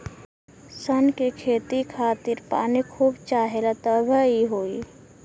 सन के खेती खातिर पानी खूब चाहेला तबे इ होई